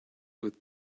with